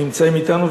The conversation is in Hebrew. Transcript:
נמצאים כאן אתנו.